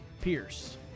Pierce